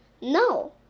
No